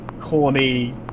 corny